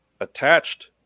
attached